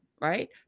right